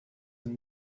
and